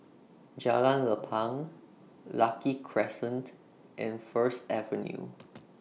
Jalan Lapang Lucky Crescent and First Avenue